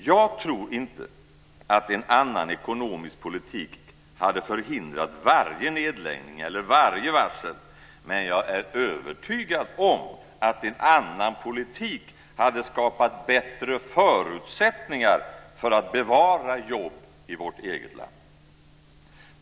Jag tror inte att en annan ekonomisk politik hade förhindrat varje nedläggning eller varje varsel, men jag är övertygad om att en annan politik hade skapat bättre förutsättningar för att bevara jobb i vårt eget land.